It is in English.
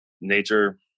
nature